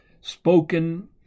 spoken